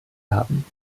haben